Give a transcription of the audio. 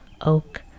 oak